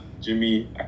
Jimmy